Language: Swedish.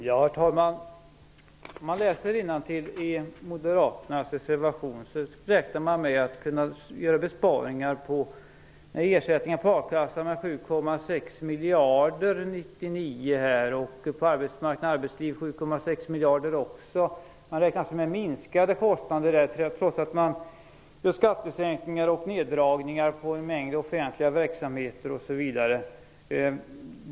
Herr talman! Om man läser innantill i moderaternas reservation ser man att moderaterna räknar med att kunna göra besparingar på ersättningarna i akassan med 7,6 miljarder 1999, och med 7,6 miljarder på arbetsmarknaden och i arbetslivet. Man räknar med minskade kostnader trots att man gör skattesänkningar och neddragningar på en mängd offentliga verksamheter osv.